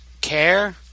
care